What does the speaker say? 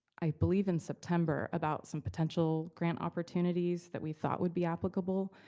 i believe in september, about some potential grant opportunities that we thought would be applicable,